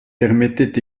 permettait